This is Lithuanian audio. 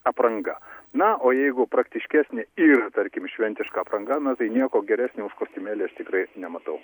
apranga na o jeigu praktiškesnė ir tarkim šventiška apranga na tai nieko geresnio už kostiumėlį aš tikrai nematau